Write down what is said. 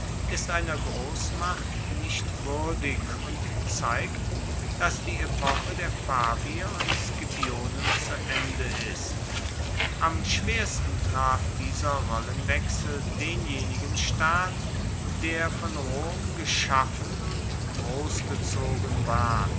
ist einer grossmacht nicht wuerdig und zeigt dass die epoche der fabier und scipionen zu ende ist am schwersten traf dieser rollenwechsel denjenigen staat der von rom geschaffen und grossgezogen war